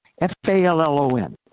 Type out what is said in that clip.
F-A-L-L-O-N